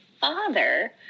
father